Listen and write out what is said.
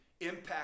impact